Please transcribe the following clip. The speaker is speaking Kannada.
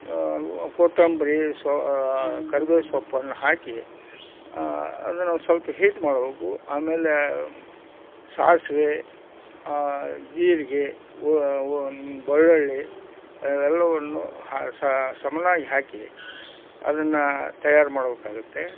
ಕೊತ್ತಂಬರಿ ಸೊ ಕರಿಬೇವು ಸೊಪ್ಪನ್ನು ಹಾಕಿ ಅದನ್ನು ಸ್ವಲ್ಪ ಹೀಟ್ ಮಾಡಬೇಕು ಆಮೇಲೆ ಸಾಸಿವೆ ಜೀರಿಗೆ ಬೆಳ್ಳುಳ್ಳಿ ಎಲ್ಲವನ್ನು ಹ ಸಮನವಾಗಿ ಹಾಕಿ ಅದನ್ನು ತಯಾರು ಮಾಡಬೇಕಾಗುತ್ತೆ